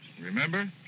Remember